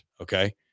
Okay